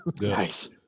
Nice